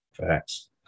Facts